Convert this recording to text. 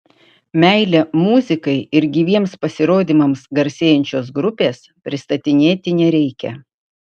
meile muzikai ir gyviems pasirodymams garsėjančios grupės pristatinėti nereikia